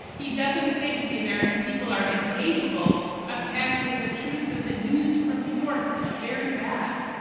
he doesn't think the american people are incapable of handling the truth, that the news from new york is very bad.